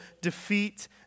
defeat